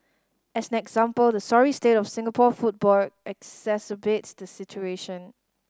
as an example the sorry state of Singapore football exacerbates the situation